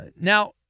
Now